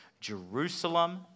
Jerusalem